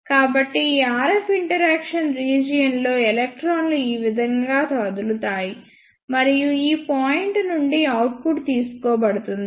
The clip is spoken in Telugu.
కాబట్టిఈ RF ఇంటరాక్షన్ రీజియన్ లో ఎలక్ట్రాన్లు ఈ విధంగా కదులుతాయి మరియు ఈ పాయింట్ నుండి అవుట్పుట్ తీసుకోబడుతుంది